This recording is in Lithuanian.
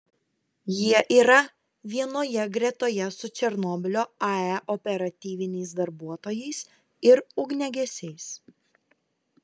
jie yra vienoje gretoje su černobylio ae operatyviniais darbuotojais ir ugniagesiais